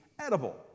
edible